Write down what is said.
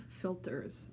filters